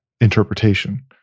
interpretation